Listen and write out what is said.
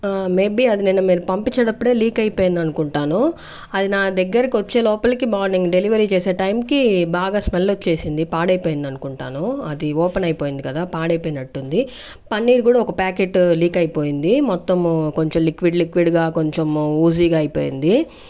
maybe అది మీరు నిన్న పంపించేటప్పుడే లీక్ అయిపోయింది అనుకుంటాను అది నా దగ్గరికి వచ్చే లోపలికి మార్నింగ్ డెలివరీ చేసే టైమ్ కి బాగా స్మెల్ వచ్చేసింది పాడైపోయింది అనుకుంటాను అది ఓపెన్ అయిపోయింది కదా పాడైపోయినట్టు ఉంది పన్నీర్ కూడా ఒక ప్యాకెట్ లీక్ అయిపోయింది మొత్తము కొంచం లిక్విడ్ లిక్విడ్ గా కొంచము ఉజిగా అయిపోయింది